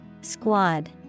Squad